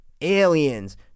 Aliens